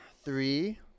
Three